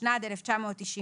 התשנ"ד- 1994;"